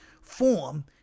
form